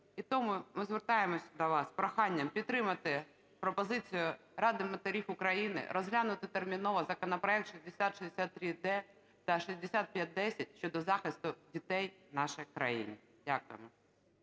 І тому ми звертаємось до вас з проханням підтримати пропозицію Ради матерів України розглянути терміново законопроект 6063-д та 6510 щодо захисту дітей в нашій країні. Дякуємо.